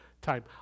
time